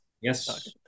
Yes